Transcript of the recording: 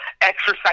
exercise